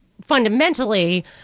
fundamentally